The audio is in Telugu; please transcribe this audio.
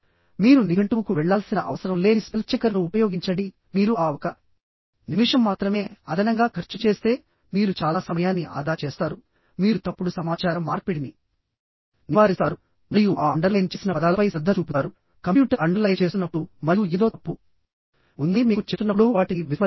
మీరు నిఘంటువుకు వెళ్లాల్సిన అవసరం లేని స్పెల్ చెకర్ను ఉపయోగించండి మీరు ఆ ఒక నిమిషం మాత్రమే అదనంగా ఖర్చు చేస్తే మీరు చాలా సమయాన్ని ఆదా చేస్తారుమీరు తప్పుడు సమాచార మార్పిడిని నివారిస్తారు మరియు ఆ అండర్లైన్ చేసిన పదాలపై శ్రద్ధ చూపుతారు కంప్యూటర్ అండర్లైన్ చేస్తున్నప్పుడు మరియు ఏదో తప్పు ఉందని మీకు చెప్తున్నప్పుడు వాటిని విస్మరించవద్దు